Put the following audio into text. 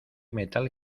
metal